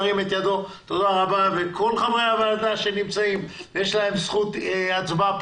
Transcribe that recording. הצבעה בעד פה אחד אושרה כל חברי הוועדה שנמצאים ויש להם זכות הצבעה,